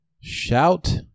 shout